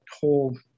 whole